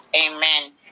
amen